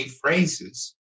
phrases